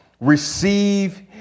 receive